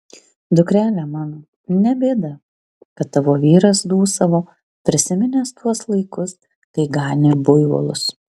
dukrele mano ne bėda kad tavo vyras dūsavo prisiminęs tuos laikus kai ganė buivolus